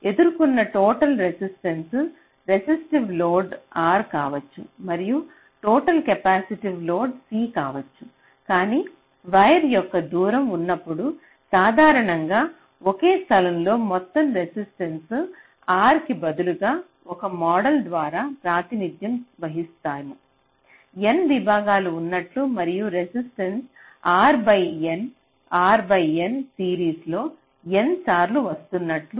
కాబట్టి ఎదుర్కొన్న total resistance resistive load R కావచ్చు మరియు టోటల్ కెపాసిటివ్ లోడ్ C కావచ్చు కానీ వైర్ ఎక్కువ దూరం ఉన్నప్పుడు సాధారణంగా ఒకే స్థలంలో మొత్తం రెసిస్టెన్స R కి బదులుగా ఒక మోడల్ ద్వారా ప్రాతినిధ్యం వహిస్తాము N విభాగాలు ఉన్నట్లు మరియు resistance R by N R by N series లో N సార్లు వస్తున్నట్లు